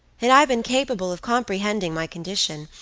had i been capable of comprehending my condition,